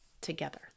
together